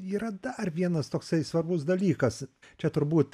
yra dar vienas toksai svarbus dalykas čia turbūt